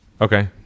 Okay